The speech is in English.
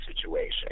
situation